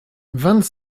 vingt